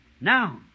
Now